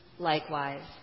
Likewise